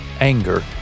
anger